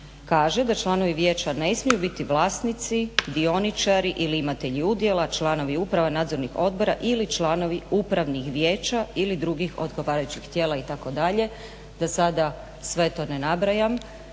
kaže: "Da članovi vijeća ne smiju biti vlasnici, dioničari ili imatelju udjela, članovi uprave, nadzornih odbora ili članovi Upravnih vijeća ili drugih odgovarajućih tijela itd. ", da sada sve to ne nabrajam,